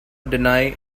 deny